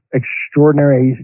extraordinary